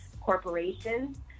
corporations